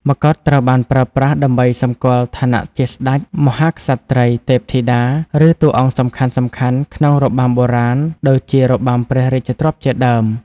ម្កុដត្រូវបានប្រើប្រាស់ដើម្បីសម្គាល់ ឋានៈជាស្តេច មហាក្សត្រី ទេពធីតា ឬតួអង្គសំខាន់ៗក្នុងរបាំបុរាណ ដូចជារបាំព្រះរាជទ្រព្យជាដើម។